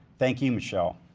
thank you, michelle.